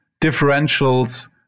differentials